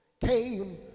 came